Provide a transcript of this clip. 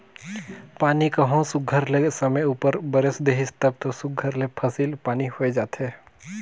पानी कहों सुग्घर ले समे उपर बरेस देहिस तब दो सुघर ले फसिल पानी होए जाथे